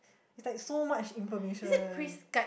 is like so much information